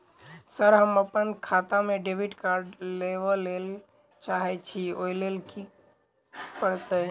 Sir हम अप्पन खाता मे डेबिट कार्ड लेबलेल चाहे छी ओई लेल की परतै?